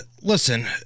listen